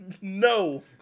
No